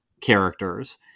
characters